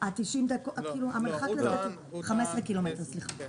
15 קילומטר סליחה.